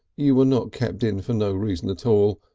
you were not kept in for no reason at all,